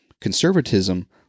Conservatism